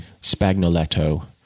spagnoletto